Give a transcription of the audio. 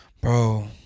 bro